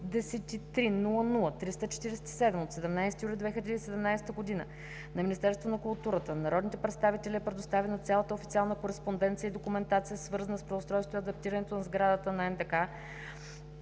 № 33-00-347/17.07.2017 г. на Министерство на културата на народните представители е предоставена цялата официална кореспонденция и документация, свързана с преустройството и адаптирането на сградата на НДК